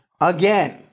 again